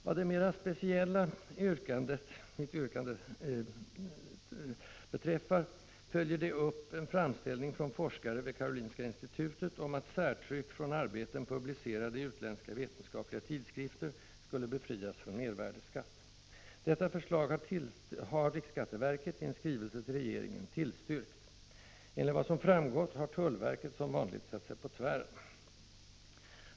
Vad mitt mera speciella yrkande 2 beträffar följer det upp en framställning från forskare vid Karolinska institutet om att särtryck från arbeten publicerade i utländska vetenskapliga tidskrifter skulle befrias från mervärdeskatt. Detta förslag har riksskatteverket i en skrivelse till regeringen tillstyrkt. Enligt vad som framgått har tullverket, som vanligt, satt sig på tvären.